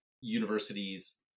universities